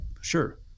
sure